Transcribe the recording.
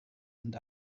and